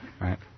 right